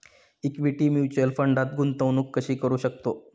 Equity mutual फंडात गुंतवणूक कशी करू शकतो?